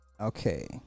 Okay